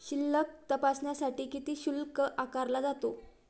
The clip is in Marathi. शिल्लक तपासण्यासाठी किती शुल्क आकारला जातो?